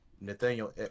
nathaniel